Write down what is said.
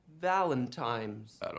Valentine's